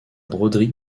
broderie